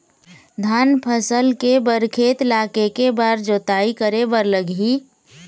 धान फसल के बर खेत ला के के बार जोताई करे बर लगही?